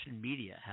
media